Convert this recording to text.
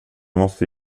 måste